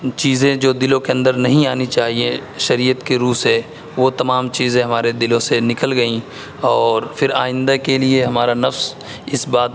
چیزیں جو دلوں کے اندر نہیں آنی چاہئیں شریعت کے رو سے وہ تمام چیزیں ہمارے دلوں سے نکل گئیں اور پھر آئندہ کے لیے ہمارا نفس اس بات